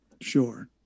Sure